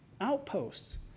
outposts